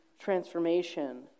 transformation